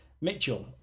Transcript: Mitchell